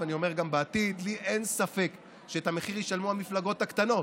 ואני אומר גם בעתיד: לי אין ספק שאת המחיר ישלמו המפלגות הקטנות,